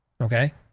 Okay